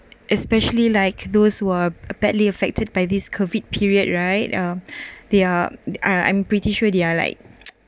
especially like those who are a badly affected by these COVID period right uh there are I'm I'm pretty sure they are like